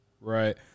Right